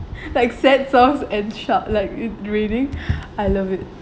like sad songs and shout like it raining I love it